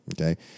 Okay